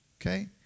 okay